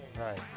Right